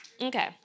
Okay